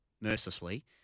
mercilessly